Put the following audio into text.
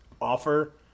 offer